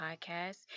podcast